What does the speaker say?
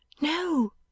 No